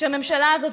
שהממשלה הזאת,